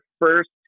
first